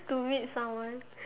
to meet someone